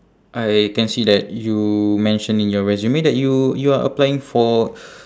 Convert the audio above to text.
I can see that you mention in your resume that you you are applying for